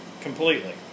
completely